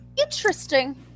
interesting